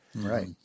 Right